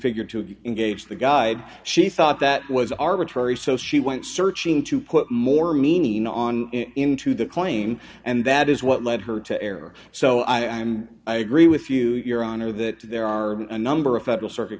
figured to engage the guide she thought that was arbitrary so she went searching to put more meaning on into the claim and that is what led her to error so i am i agree with you your honor that there are a number of federal circuit